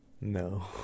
No